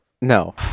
No